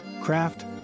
craft